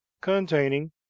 containing